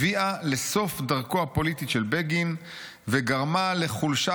הביאה לסוף דרכו הפוליטית של בגין וגרמה לחולשה